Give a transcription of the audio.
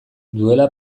duela